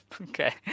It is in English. Okay